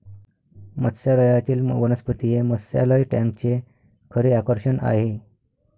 मत्स्यालयातील वनस्पती हे मत्स्यालय टँकचे खरे आकर्षण आहे